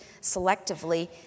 selectively